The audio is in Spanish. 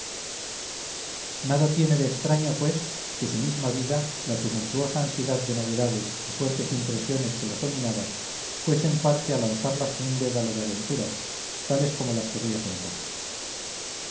nada tiene de extraño pues que su misma vida la tumultuosa ansiedad de novedades y fuertes impresiones que las dominaba fuesen parte a lanzarlas en un dédalo de aventuras tales como las que voy a contar